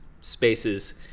spaces